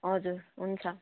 हजुर हुन्छ